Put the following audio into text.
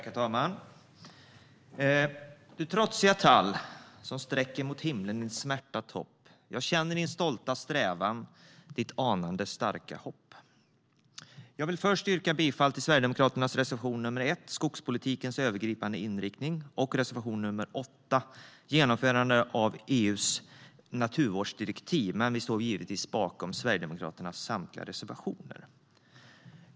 Herr talman! Du trotsiga tall, som sträckermot himlen din smärta topp, jag känner din stolta strävan, ditt anande starka hopp. Jag vill först yrka bifall till Sverigedemokraternas reservation nr 1, Skogspolitikens övergripande inriktning, och reservation nr 8, Genomförandet av EU:s naturvårdsdirektiv. Men vi står givetvis bakom Sverigedemokraternas samtliga reservationer.